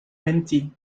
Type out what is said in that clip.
mentir